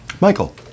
Michael